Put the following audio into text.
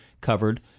covered